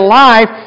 life